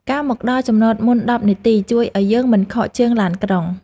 ការមកដល់ចំណតមុន ១០ នាទី ជួយឱ្យយើងមិនខកជើងឡានក្រុង។